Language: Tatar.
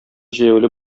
җәяүле